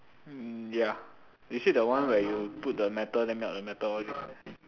mm ya is it the one where you put the metal then melt the metal all this